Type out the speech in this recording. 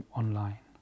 online